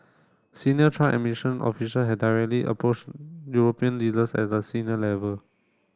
senior Trump administration official had directly approached European leaders at a senior level